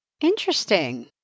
Interesting